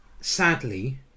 Sadly